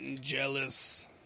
Jealous